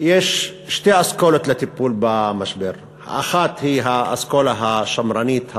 יש שתי אסכולות לטיפול במשבר: האחת היא האסכולה השמרנית,